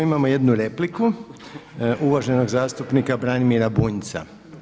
Imamo jednu repliku uvaženog zastupnika Branimira Bunjca.